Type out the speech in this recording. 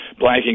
Blanking